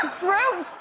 drew,